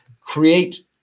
create